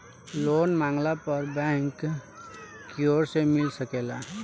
loan मांगला पर bank कियोर से मिल सकेला